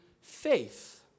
faith